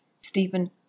Stephen